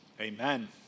Amen